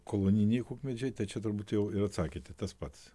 kolonijiniai kukmedžiai tai čia turbūt jau ir atsakėte tas pats